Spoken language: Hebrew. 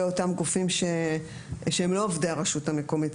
אותם גופים שהם לא עובדי הרשות המקומית,